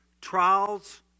trials